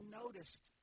noticed